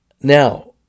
Now